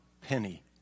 penny